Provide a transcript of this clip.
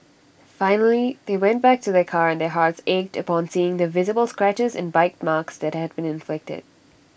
finally they went back to their car and their hearts ached upon seeing the visible scratches and bite marks that had been inflicted